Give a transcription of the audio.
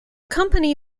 company